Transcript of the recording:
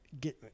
get